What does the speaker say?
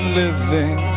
living